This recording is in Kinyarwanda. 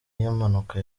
y’impanuka